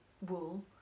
wool